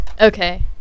okay